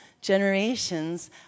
generations